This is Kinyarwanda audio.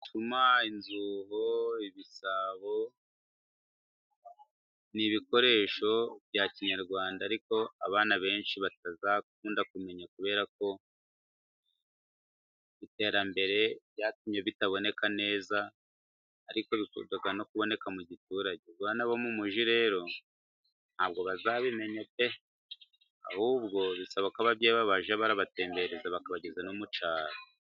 Ibicuma, inzuho, ibisabo ni bikoresho bya kinyarwanda, ariko abana benshi batazakunda kumenya, kubera ko iterambere ryatumye bitaboneka neza, ariko bikunda no kuboneka mu giturage. ubwo abana bo mu muji, nta bwo bazabimenya pe! Ahubwo bisaba ko ababyeyi babo bajya babatembereza bakabageza no mu cyaro.